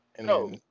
No